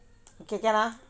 okay can ah